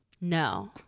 No